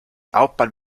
hauptmann